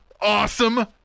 Awesome